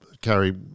carry